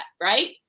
Right